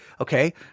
Okay